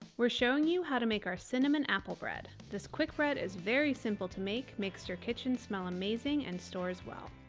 we're showing you how to make our cinnamon apple bread. this quick bread is very simple to make, makes your kitchen smell amazing and stores well.